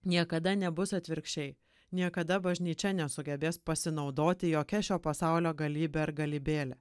niekada nebus atvirkščiai niekada bažnyčia nesugebės pasinaudoti jokia šio pasaulio galybe ar galybėle